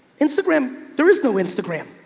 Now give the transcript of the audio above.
instagram, there is no instagram.